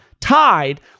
tied